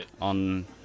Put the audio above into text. on